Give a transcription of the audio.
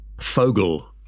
Fogel